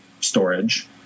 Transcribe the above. storage